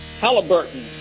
Halliburton